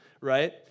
right